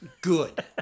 Good